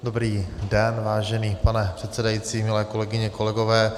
Dobrý den, vážený pane předsedající, milé kolegyně, kolegové.